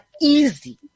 easy